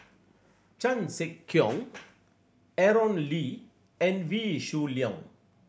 Chan Sek Keong Aaron Lee and Wee Shoo Leong